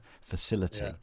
facility